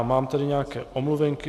Mám tady nějaké omluvenky.